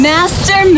Master